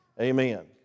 amen